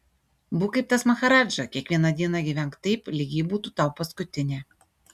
būk kaip tas maharadža kiekvieną dieną gyvenk taip lyg ji būtų tau paskutinė